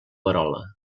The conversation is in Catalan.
verola